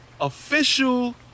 official